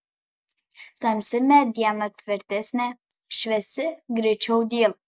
tamsi mediena tvirtesnė šviesi greičiau dyla